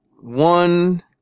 One